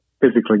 physically